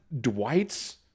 Dwight's